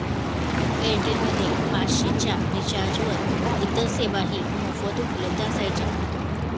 Airtel मध्ये पाचशे च्या रिचार्जवर इतर सेवाही मोफत उपलब्ध असायच्या